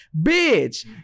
bitch